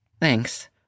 thanks